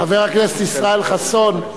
חבר הכנסת ישראל חסון,